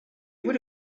would